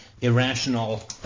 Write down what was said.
irrational